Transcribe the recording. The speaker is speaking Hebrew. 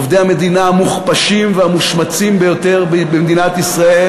עובדי המדינה המוכפשים והמושמצים ביותר במדינת ישראל.